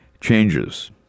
changes